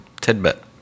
tidbit